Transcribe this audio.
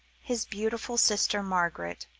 his beautiful sister margaret,